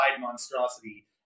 monstrosity